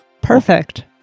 Perfect